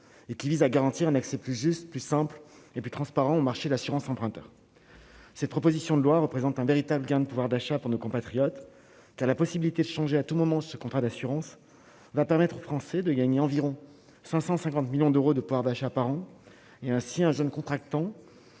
et qui vise à garantir un accès plus juste, plus simple et plus transparent au marché l'assurance emprunteur, cette proposition de loi représente un véritable gain de pouvoir d'achat pour nos compatriotes, la possibilité de changer à tout moment, ce contrat d'assurance va permettre aux Français de gagner environ 550 millions d'euros de pouvoir d'achat par an et, ainsi, un je ne contractants